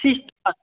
cyst छ